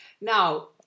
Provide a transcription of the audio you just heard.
Now